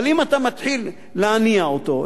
אבל אם אתה מתחיל להניע אותו,